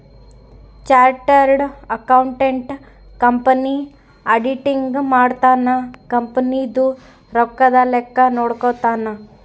chartered accountant company auditing ಮಾಡ್ತನ company ದು ರೊಕ್ಕದ ಲೆಕ್ಕ ನೋಡ್ಕೊತಾನ